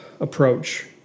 approach